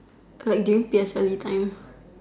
like during P_S_L_E time